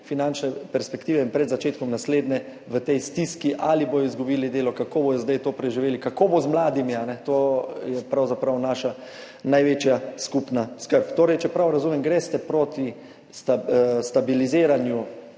finančne perspektive in pred začetkom naslednje v stiski, ali bodo izgubili delo, kako bodo zdaj to preživeli, kako bo z mladimi. To je pravzaprav naša največja skupna skrb. Če prav razumem, greste proti stabiliziranju